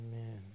Amen